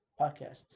Podcast